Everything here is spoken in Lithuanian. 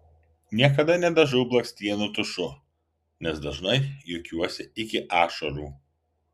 niekada nedažau blakstienų tušu nes dažnai juokiuosi iki ašarų